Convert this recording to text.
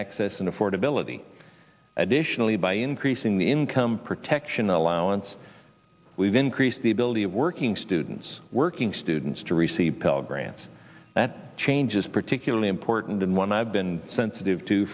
access and affordability additionally by increasing the income protection allowance we've increased the ability of working students working students to receive pell grants that change is particularly important and one i've been sensitive to